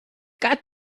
got